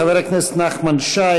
חבר הכנסת נחמן שי,